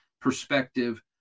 perspective